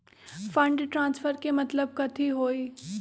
Fund transfer के मतलब कथी होई?